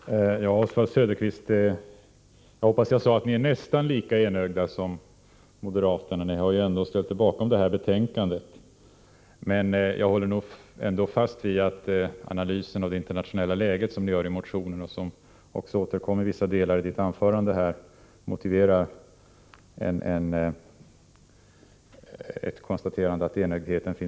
Herr talman! Ja, Oswald Söderqvist, jag hoppas att jag sade att ni är nästan lika enögda som moderaterna. Ni har ju ändå ställt er bakom detta betänkande. Men jag håller nog fast vid att den analys av det internationella läget som ni har gjort i motionen och som även återkom i vissa delar av Oswald Söderqvists anförande motiverar ett konstaterande om enögdhet.